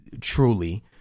truly